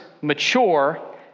mature